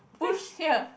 push here